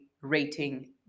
rating